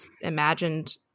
imagined